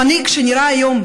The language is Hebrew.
המנהיג שנראה היום,